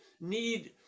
need